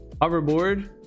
hoverboard